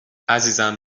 عزیزم